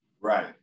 Right